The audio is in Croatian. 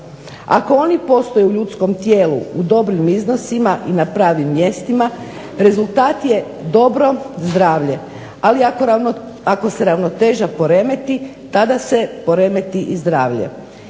Ako oni postoje u ljudskom tijelu u dobrim iznosima i na pravim mjestima rezultat je dobro zdravlje, ali ako se ravnoteža poremeti tada se poremeti i zdravlje.